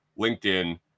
LinkedIn